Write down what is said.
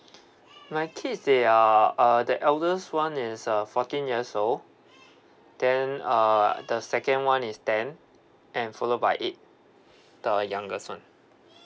my kids they are uh the eldest one is uh fourteen years old then uh the second one is ten and follow by eight the youngest one